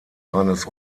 seines